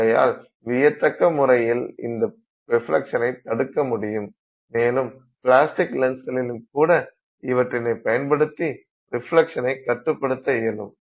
ஆகையால் வியக்கத்தக்க முறையில் இந்தப் ரிஃப்லக்ஷ்னை தடுக்கமுடியும் மேலும் பிளாஸ்டிக் லென்ஸ்களிலும் கூட இவற்றினை பயன்படுத்தி ரிஃப்லக்ஷ்னை கட்டுப்படுத்த இயலும்